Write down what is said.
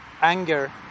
anger